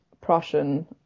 Prussian